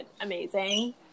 amazing